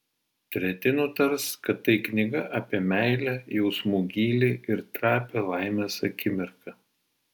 treti nutars kad tai knyga apie meilę jausmų gylį ir trapią laimės akimirką